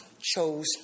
chose